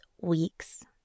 weeks